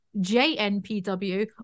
j-n-p-w